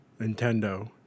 Nintendo